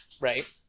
Right